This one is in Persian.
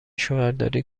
شوهرداری